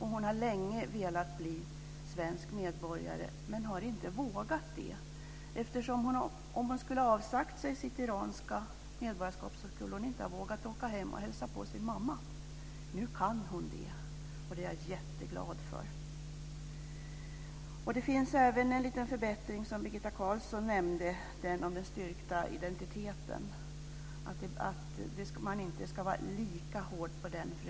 Hon har länge velat bli svensk medborgare men har inte vågat det. Om hon skulle ha avsagt sig sitt iranska medborgarskap skulle hon inte ha vågat åka hem och hälsa på sin mamma. Nu kan hon göra det, och det är jag jätteglad för. Det görs, som nämndes av Birgitta Carlsson, även en liten förbättring vad gäller styrkandet av identiteten. Man ska inte vara lika hård på den punkten.